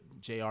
JR